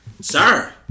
sir